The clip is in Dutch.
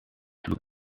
vloer